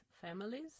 families